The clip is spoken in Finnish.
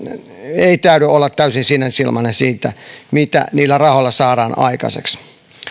ei täydy olla täysin sinisilmäinen siinä mitä niillä rahoilla saadaan aikaiseksi